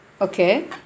Okay